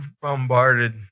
bombarded